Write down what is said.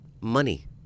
Money